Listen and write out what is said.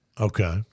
Okay